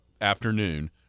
afternoon